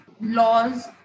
laws